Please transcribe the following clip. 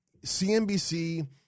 cnbc